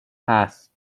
هست